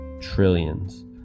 trillions